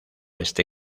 este